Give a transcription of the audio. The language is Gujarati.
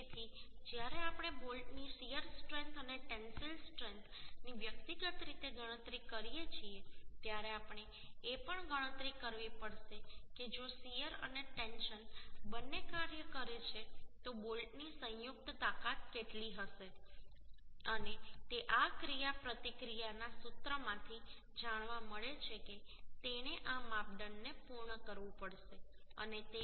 તેથી જ્યારે આપણે બોલ્ટની શીયર સ્ટ્રેન્થ અને ટેન્સિલ સ્ટ્રેન્થ ની વ્યક્તિગત રીતે ગણતરી કરીએ છીએ ત્યારે આપણે એ પણ ગણતરી કરવી પડશે કે જો શીયર અને ટેન્શન બંને કાર્ય કરે છે તો બોલ્ટની સંયુક્ત તાકાત કેટલી હશે અને તે આ ક્રિયાપ્રતિક્રિયાના સૂત્રમાંથી જાણવા મળે છે કે તેણે આ માપદંડને પૂર્ણ કરવું પડશે અને તે 1